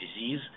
disease